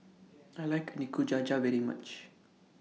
I like Nikujaga very much